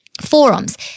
forums